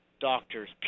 doctors